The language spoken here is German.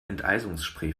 enteisungsspray